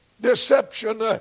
Deception